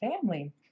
family